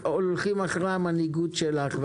אנחנו הולכים אחרי המנהיגות שלך.